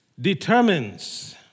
determines